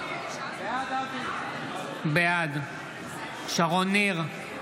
בעד שרון ניר,